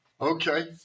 Okay